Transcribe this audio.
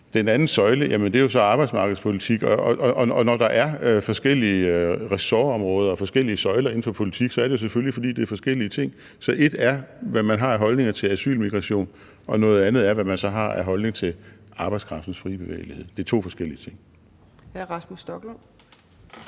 Den anden søjle er så arbejdsmarkedspolitik, og når der er forskellige ressortområder og forskellige søjler inden for politik, er det selvfølgelig, fordi det er forskellige ting. Så ét er, hvad man har af holdninger til asylmigration, og noget andet er, hvad man så har af holdninger til arbejdskraftens frie bevægelighed. Det er to forskellige ting.